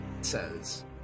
says